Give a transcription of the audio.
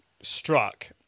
struck